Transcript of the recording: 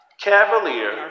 Cavalier